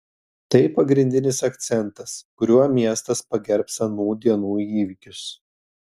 tai pagrindinis akcentas kuriuo miestas pagerbs anų dienų įvykius